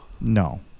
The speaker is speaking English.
No